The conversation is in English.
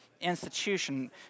institution